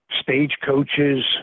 stagecoaches